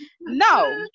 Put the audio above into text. no